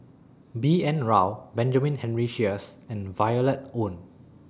B N Rao Benjamin Henry Sheares and Violet Oon